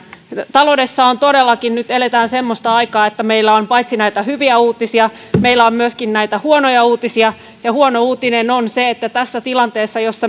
taloudessa todellakin eletään nyt semmoista aikaa että meillä on paitsi näitä hyviä uutisia myöskin näitä huonoja uutisia huono uutinen on se että tässä tilanteessa kun